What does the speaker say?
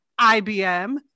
IBM